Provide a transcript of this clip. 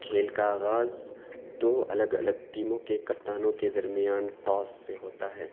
کھیل کا آغاز دو الگ الگ ٹیموں کے کپتانوں کے درمیان ٹاس سے ہوتا ہے